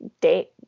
date